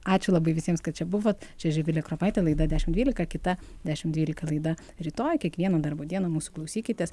ačiū labai visiems kad čia buvot čia živilė kropaitė laida dešimt dvylika kita dešimt dvylika laida rytoj kiekvieną darbo dieną mūsų klausykitės